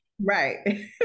Right